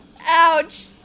Ouch